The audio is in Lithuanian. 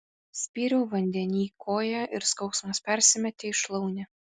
spyriau vandenyj koja ir skausmas persimetė į šlaunį